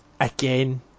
again